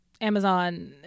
Amazon